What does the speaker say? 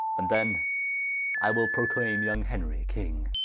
and then i will proclayme young henry king.